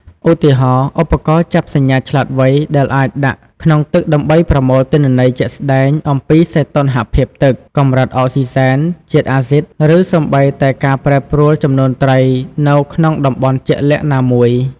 ឧទាហរណ៍ ឧបករណ៍ចាប់សញ្ញាឆ្លាតវៃ ដែលអាចដាក់ក្នុងទឹកដើម្បីប្រមូលទិន្នន័យជាក់ស្តែងអំពីសីតុណ្ហភាពទឹក កម្រិតអុកស៊ីសែន ជាតិអាស៊ីត ឬសូម្បីតែការប្រែប្រួលចំនួនត្រីនៅក្នុងតំបន់ជាក់លាក់ណាមួយ។